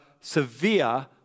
severe